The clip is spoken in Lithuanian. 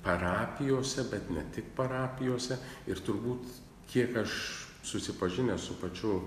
parapijose bet ne tik parapijose ir turbūt kiek aš susipažinęs su pačiu